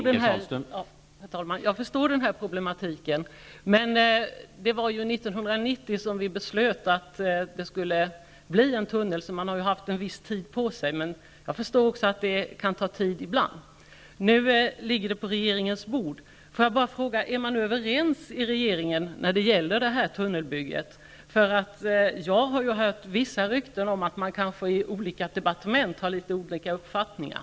Herr talman! Jag förstår problematiken. Det var 1990 som vi fattade beslut om en tunnel, så man har haft en viss tid på sig. Men jag förstår som sagt att det ibland kan ta tid. Nu ligger ärendet på regeringens bord. Är man överens inom regeringen om tunnelbygget? Jag har hört vissa rykten om att man i olika departement har litet olika uppfattningar.